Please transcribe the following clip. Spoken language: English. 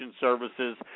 services